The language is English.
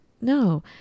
No